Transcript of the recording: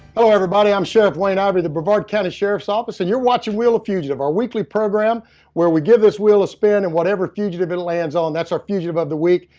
hello everybody! i'm sheriff wayne ivey of the brevard county sheriff's office, and you're watching wheel of fugitive our weekly program where we give this wheel a spin, and whatever fugitive it lands on that's our fugitive of the week.